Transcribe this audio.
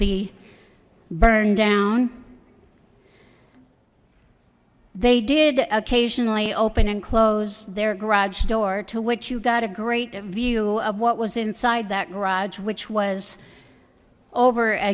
be burned down they did occasionally open and close their garage door to which you got a great view of what was inside that garage which was over a